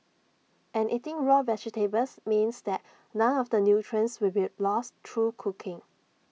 and eating raw vegetables means that none of the nutrients will be lost through cooking